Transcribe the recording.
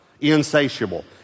insatiable